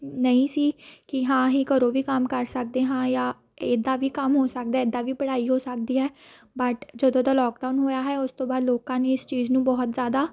ਨਹੀਂ ਸੀ ਕਿ ਹਾਂ ਅਸੀਂ ਘਰੋਂ ਵੀ ਕੰਮ ਕਰ ਸਕਦੇ ਹਾਂ ਜਾਂ ਇੱਦਾਂ ਵੀ ਕੰਮ ਹੋ ਸਕਦਾ ਇੱਦਾਂ ਵੀ ਪੜ੍ਹਾਈ ਹੋ ਸਕਦੀ ਹੈ ਬਟ ਜਦੋਂ ਦਾ ਲੋਕਡਾਊਨ ਹੋਇਆ ਹੈ ਉਸ ਤੋਂ ਬਾਅਦ ਲੋਕਾਂ ਨੇ ਇਸ ਚੀਜ਼ ਨੂੰ ਬਹੁਤ ਜ਼ਿਆਦਾ